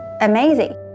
amazing